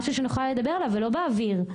משהו שנוכל לדבר עליו ולא באוויר?